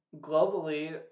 Globally